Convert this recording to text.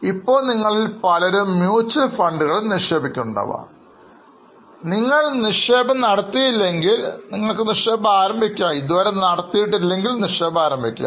ഇപ്പോൾ നിങ്ങളിൽ പലരും മ്യൂച്വൽ ഫണ്ടുകളിൽ നിക്ഷേപിക്കുന്നുണ്ടാകാം നിങ്ങൾ നിക്ഷേപം നടത്തിയില്ലെങ്കിൽ നിങ്ങൾക്ക് നിക്ഷേപം ആരംഭിക്കാം